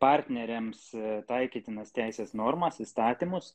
partneriams taikytinas teisės normas įstatymus